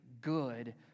good